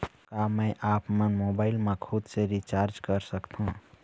का मैं आपमन मोबाइल मा खुद से रिचार्ज कर सकथों?